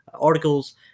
articles